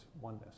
oneness